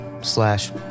slash